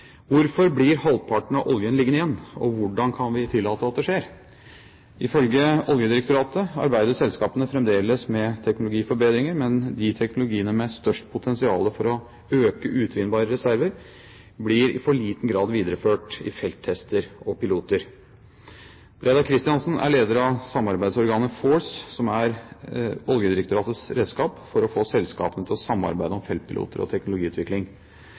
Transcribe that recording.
Hvorfor blir halvparten av oljen liggende igjen, og hvordan kan vi tillate at det skjer? Ifølge Oljedirektoratet arbeider selskapene fremdeles med teknologiforbedringer, men de teknologiene med størst potensial for å øke utvinnbare reserver blir i for liten grad videreført i felttester og piloter. Reidar Kristensen er leder av samarbeidsorganet FORCE, som er Oljedirektoratets redskap for å få selskapene til å samarbeide om feltpiloter og teknologiutvikling.